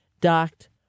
docked